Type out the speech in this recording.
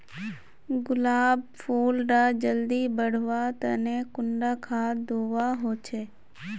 गुलाब फुल डा जल्दी बढ़वा तने कुंडा खाद दूवा होछै?